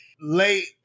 late